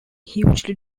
hugely